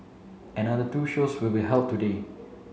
another two shows will be held today